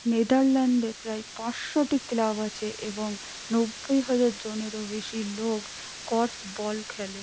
নেদারল্যাণ্ডে প্রায় পাঁচশোটি ক্লাব আছে এবং নব্বই হাজার জনেরও বেশি লোক কর্ফবল খেলে